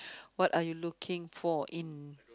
what are you looking for in